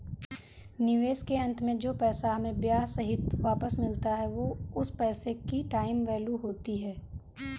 निवेश के अंत में जो पैसा हमें ब्याह सहित वापस मिलता है वो उस पैसे की टाइम वैल्यू होती है